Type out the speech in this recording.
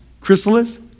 chrysalis